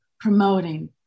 promoting